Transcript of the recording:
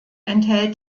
enthält